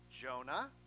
Jonah